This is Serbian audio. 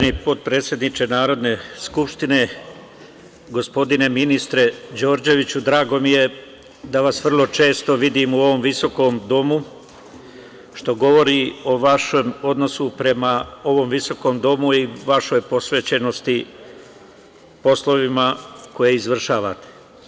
Uvaženi potpredsedniče Narodne skupštine, gospodine ministre Đorđeviću, drago mi je da vas vrlo često vidim u ovom visokom Domu, što govori o vašem odnosu prema ovom visokom domu i vašoj posvećenosti poslovima koje izvršavate.